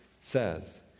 says